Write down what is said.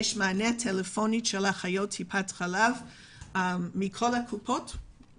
יש מענה טלפוני של אחיות טיפת חלב מכל הקופות,